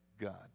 God